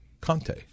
conte